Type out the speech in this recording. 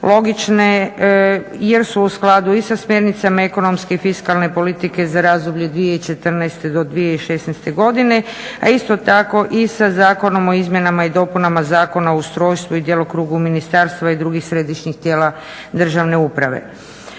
logične jer su u skladu i sa smjernicama ekonomske i fiskalne politike za razdoblje 2014.-2016., a isto tako i sa Zakonom o izmjenama i dopunama Zakona o ustrojstvu i djelokrugu ministarstava i drugih središnjih tijela državne uprave.